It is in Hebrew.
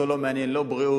אותו לא מעניין לא בריאות,